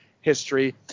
history